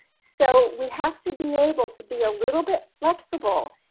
so we have to be able to be a little bit flexible.